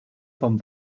vom